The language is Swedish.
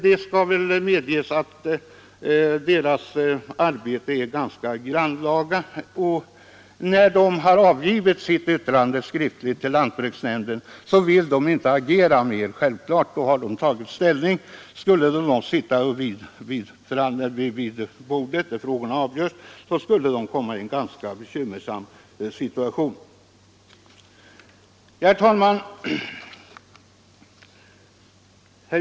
Deras arbete är ganska grannlaga, och när de har avgivit sitt yttrande skriftligt till lantbruksnämnden vill de självfallet inte agera mera — då har de redan tagit ställning. Skulle de sedan sitta med vid det bord där frågorna avgörs, skulle de komma i en bekymmersam situation. Fru talman!